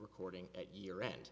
recording at year end